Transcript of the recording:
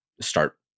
start